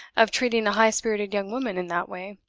of treating a high-spirited young woman in that way.